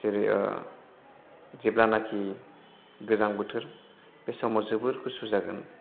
जेरै जेब्लानोखि गोजां बोथोर बे समाव जोबोर गुसु जागोन